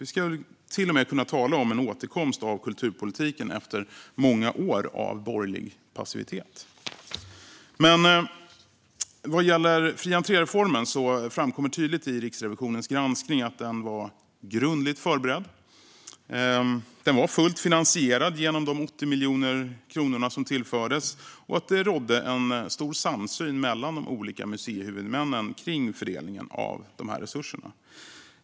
Vi skulle till och med kunna tala om en återkomst av kulturpolitiken efter många år av borgerlig passivitet. Vad gäller fri entré-reformen framkommer det tydligt i Riksrevisionens granskning att den var grundligt förberedd. Den var fullt finansierad genom de 80 miljoner kronor som tillfördes, och det rådde en stor samsyn mellan de olika museihuvudmännen kring fördelningen av resurserna.